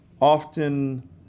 often